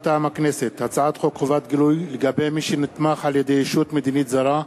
מטעם הכנסת: הצעת חוק חובת גילוי לגבי מי שנתמך על-ידי ישות מדינית זרה,